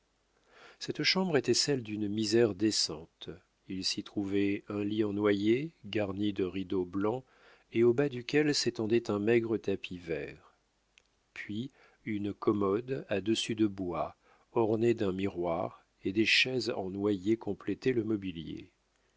cette chambre était celle d'une misère décente il s'y trouvait un lit en noyer garni de rideaux blancs et au bas duquel s'étendait un maigre tapis vert puis une commode à dessus de bois ornée d'un miroir et des chaises en noyer complétaient le mobilier